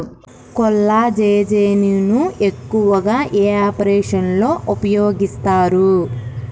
కొల్లాజెజేని ను ఎక్కువగా ఏ ఆపరేషన్లలో ఉపయోగిస్తారు?